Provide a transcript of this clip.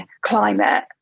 climate